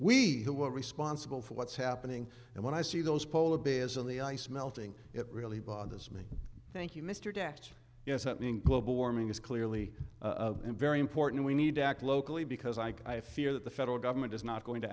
we who are responsible for what's happening and when i see those polar bears in the ice melting it really bothers me thank you mr dept is happening global warming is clearly very important we need to act locally because i fear that the federal government is not going to